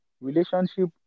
Relationship